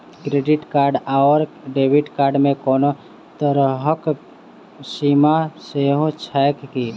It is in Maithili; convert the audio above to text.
क्रेडिट कार्ड आओर डेबिट कार्ड मे कोनो तरहक सीमा सेहो छैक की?